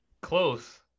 Close